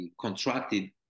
contracted